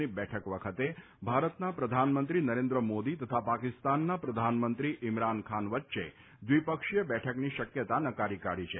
ની બેઠક વખતે ભારતના પ્રધાનમંત્રી નરેન્દ્રમોદી તથા પાકિસ્તાનના પ્રધાનમંત્રી ઇમરાખ ખાન વચ્ચે દ્વિપક્ષીય બેઠકની શક્યતા નકારી કાઢી છે